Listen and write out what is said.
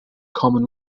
common